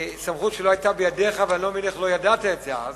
סמכות שלא היתה בידך ואני לא מבין איך לא ידעת את זה אז,